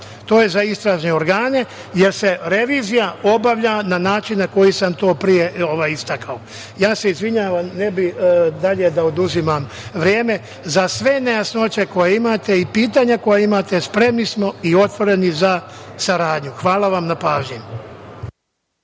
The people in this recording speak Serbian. to je za istražne organe, jer se revizija obavlja na način na koji sam to pre istakao. Izvinjavam se, ne bih dalje oduzimao vreme. Za sve nejasnoće koje imate i pitanja koja imate, spremni smo i otvoreni za saradnju. Hvala na pažnji.